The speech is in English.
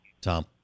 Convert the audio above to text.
Tom